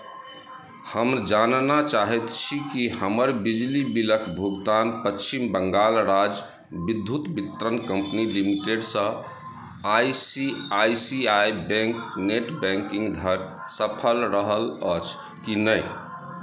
हम जानना चाहैत छी कि हमर बिजली बिलक भुगतान पश्चिम बंगाल राज्य विद्युत वितरण कम्पनी लिमिटेडसँ I C I C I bank net banking धरि सफल रहल अछि कि नहि